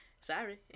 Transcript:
Sorry